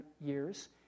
years